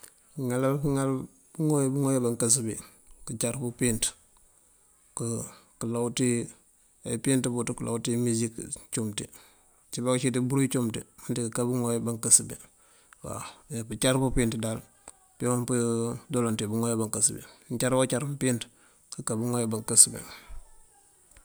Huu mëŋal- mëŋal pëŋoy bëŋoy bankësëbi këcar pëpinţ, ke- këlaw ţi eepinţ buţ këlaw ţi misik cumţi mciba këciţi buri cumţi mdikëka bëŋoy bankësëbi waaw, me pëcar pëpinţ daal pewuŋ peduloŋ ţi bëŋoy bankësëbi, mcar ba këcar mpinţ këba bëŋoy bankësëbi.